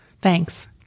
thanks